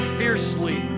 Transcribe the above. fiercely